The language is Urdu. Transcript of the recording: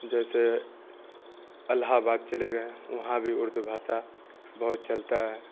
جیسے الہٰ آباد چلے گئے وہاں بھی اردو بھاشا بہت چلتا ہے